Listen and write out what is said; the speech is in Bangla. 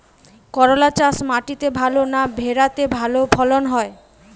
করলা চাষ মাটিতে ভালো না ভেরাতে ভালো ফলন হয়?